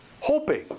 hoping